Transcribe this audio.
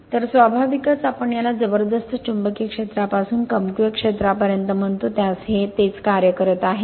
तर स्वाभाविकच आपण याला जबरदस्त चुंबकीय क्षेत्रापासून कमकुवत क्षेत्रापर्यंत म्हणतो त्यास हे तेच कार्य करत आहे